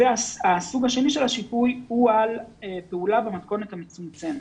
הסוג השני של השיפוי הוא על פעולה במתכונת המצומצמת.